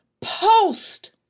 post-